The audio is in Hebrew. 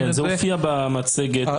זה הופיע במצגת.